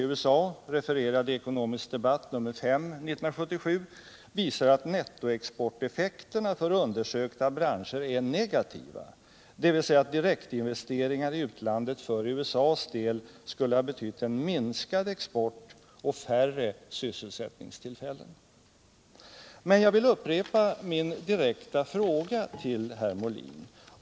Men deras profiter och den sociala nyttan är skilda ting. Jag vill upprepa min direkta fråga tull herr Molin.